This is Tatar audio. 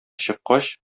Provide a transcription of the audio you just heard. чыккач